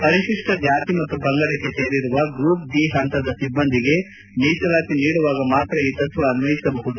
ಪರಿಶಿಷ್ಟ ಜಾತಿ ಮತ್ತು ಪಂಗಡಕ್ಕೆ ಸೇರಿರುವ ಗ್ರೂಪ್ ಡಿ ಹಂತದ ಸಿಬ್ದಂದಿಗೆ ಮೀಸಲಾತಿ ನೀಡುವಾಗ ಮಾತ್ರ ಈ ತತ್ವ ಅನ್ವಯಿಸಬಹುದು